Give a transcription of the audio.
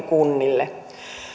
kunnille